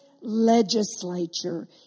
legislature